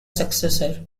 successor